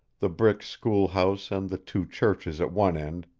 the brick school-house and the two churches at one end,